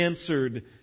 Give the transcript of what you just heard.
answered